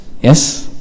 Yes